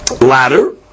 ladder